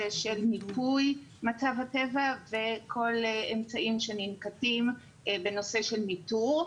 של מיפוי מצב הטבע וכל האמצעים שננקטים בנושא של ניתור.